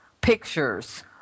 pictures